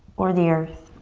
or the earth.